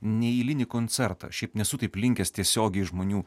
neeilinį koncertą šiaip nesu taip linkęs tiesiogiai žmonių